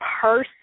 person